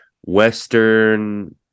Western